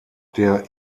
der